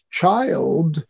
child